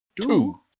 Two